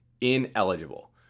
ineligible